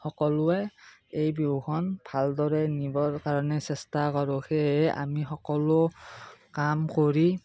সকলোৱে এই বিহুখন ভালদৰে নিবৰ কাৰণে চেষ্টা কৰোঁ সেয়েহে আমি সকলো কাম কৰি